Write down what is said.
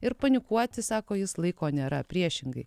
ir panikuoti sako jis laiko nėra priešingai